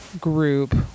group